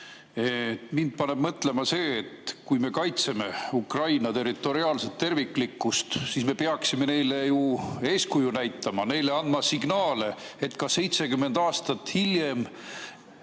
Mind paneb mõtlema see, et kui me kaitseme Ukraina territoriaalset terviklikkust, siis me peaksime neile ju eeskuju näitama, andma neile signaale, et ka 70 aastat hiljem